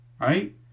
right